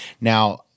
Now